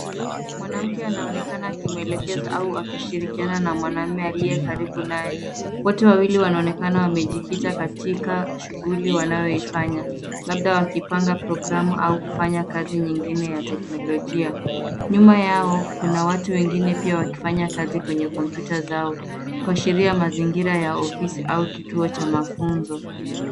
Mwanamke anaonekana akimwelekeza au akishirikiana na mwanamme aliye karibu naye. Wote wawili wanaonekana wamejikita katika shughuli wanayoifanya, labda wakipanga programu au kufanya kazi nyingine ya teknolojia. Nyuma yao, kuna watu wengine pia wakifanya kazi kwenye kompyuta zao, kuashiria mazingira ya ofisi au kituo cha mafunzo.